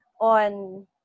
on